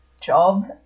job